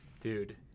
dude